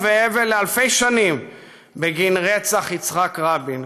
ואבל לאלפי שנים בגין רצח יצחק רבין,